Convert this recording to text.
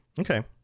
Okay